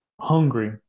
hungry